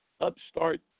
upstart